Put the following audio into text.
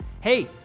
Hey